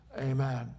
amen